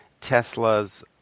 Tesla's